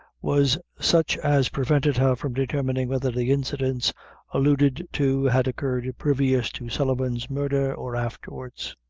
was such as prevented her from determining whether the incidents alluded to had occurred previous to sullivan's murder, or afterwards.